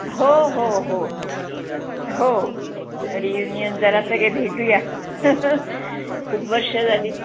हो हो हो हो रियुनियन जरा सगळे भेटूया खूप वर्षं झाली